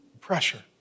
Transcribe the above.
pressure